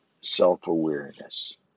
self-awareness